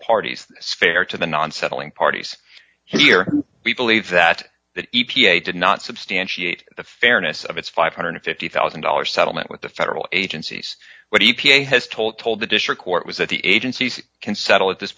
parties fair to the non settling parties here we believe that the e p a did not substantiate the fairness of its five hundred and fifty thousand dollars settlement with the federal agencies what he has told told the district court was that the agencies can settle at this